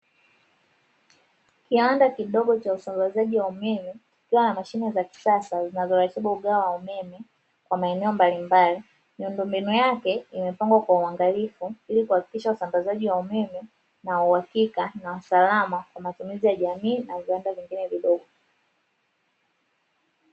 Kiwanda kidogo cha usambazaji wa umeme kikiwa na Mashine za kisasa zinazo ratibu mgawo wa umeme kwa maeneo mbalimbali, miundo mbinu yake imepangwa kwa uangalifu ili kuhakikisha usambazaji wa uemme, na uhakika na usalama kwa matumizi ya jamii na viwanda vingine vidogo.